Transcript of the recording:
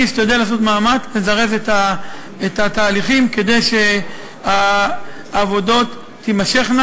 אני אשתדל לעשות מאמץ לזרז את התהליכים כדי שהעבודות תימשכנה,